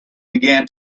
began